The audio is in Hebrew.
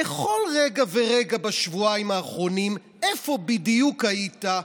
בכל רגע ורגע בשבועיים האחרונים איפה בדיוק היית,